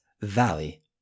valley